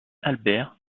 albert